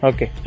Okay